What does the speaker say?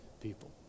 people